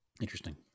Interesting